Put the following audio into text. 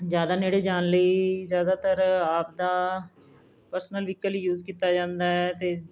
ਜ਼ਿਆਦਾ ਨੇੜੇ ਜਾਣ ਲਈ ਜ਼ਿਆਦਾਤਰ ਆਪਦਾ ਪਰਸਨਲ ਵਿਅਕਲ ਯੂਜ਼ ਕੀਤਾ ਜਾਂਦਾ ਹੈ ਅਤੇ